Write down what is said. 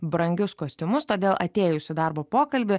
brangius kostiumus todėl atėjus į darbo pokalbį